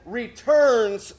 returns